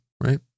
Right